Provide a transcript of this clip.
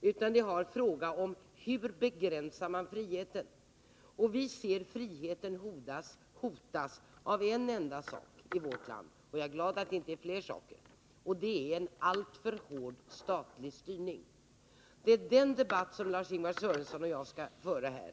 Det är här fråga om hur man begränsar friheten. Vi ser friheten i vårt land hotas av en enda sak — jag är glad att det inte är fler. Det är alltför hård statlig styrning. Det är debatten om detta hot som Lars-Ingvar Sörenson och jag skall föra här.